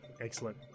Excellent